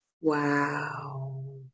wow